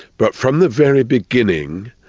but from the very beginning,